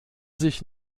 sich